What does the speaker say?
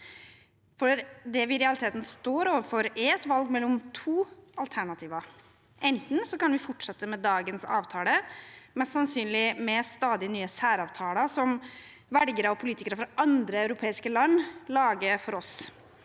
Det vi i realiteten står overfor, er et valg mellom to alternativer. Enten kan vi fortsette med dagens avtale, mest sannsynlig med stadig nye særavtaler som velgere og politikere fra andre europeiske land lager for oss,